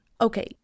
Okay